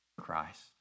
Christ